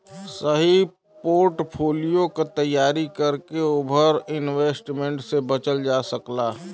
सही पोर्टफोलियो क तैयारी करके ओवर इन्वेस्टमेंट से बचल जा सकला